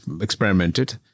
experimented